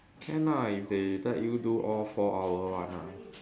can lah if they let you do all four hour one ah